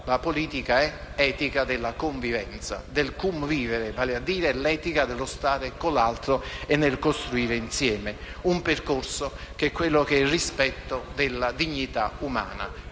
politica - è etica della convivenza, del convivere, vale a dire etica dello stare con l'altro e del costruire insieme il percorso del rispetto della dignità umana.